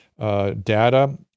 Data